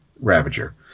Ravager